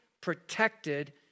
protected